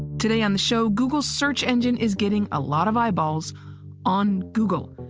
today on the show, google search engine is getting a lot of eyeballs on google,